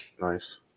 Nice